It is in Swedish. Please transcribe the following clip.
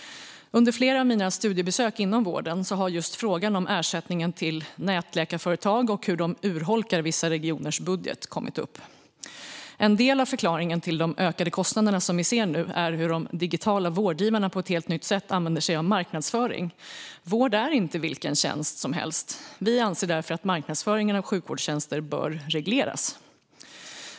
Under flera av mina studiebesök inom vården har just frågan om ersättningen till nätläkarföretag och hur de urholkar vissa regioners budget kommit upp. En del av förklaringen till de ökade kostnader som vi ser nu är att de digitala vårdgivarna på ett helt nytt sätt använder sig av marknadsföring. Vård är inte vilken tjänst som helst. Vi anser därför att marknadsföringen av sjukvårdstjänster bör regleras.